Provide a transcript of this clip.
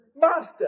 Master